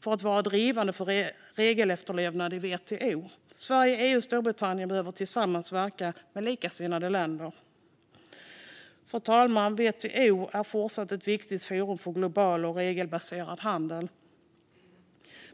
för att vara drivande för regelefterlevnad i WTO. Sverige, EU och Storbritannien behöver tillsammans verka med likasinnade länder. Fru talman! WTO är fortsatt ett viktigt forum för global och regelbaserad handel.